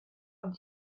und